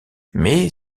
mais